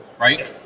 right